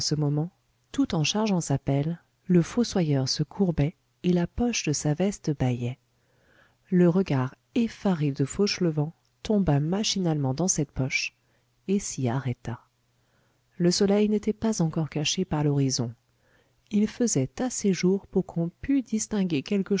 moment tout en chargeant sa pelle le fossoyeur se courbait et la poche de sa veste bâillait le regard effaré de fauchelevent tomba machinalement dans cette poche et s'y arrêta le soleil n'était pas encore caché par l'horizon il faisait assez jour pour qu'on pût distinguer quelque